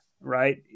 right